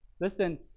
Listen